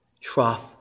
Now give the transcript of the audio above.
trough